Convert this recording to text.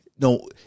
no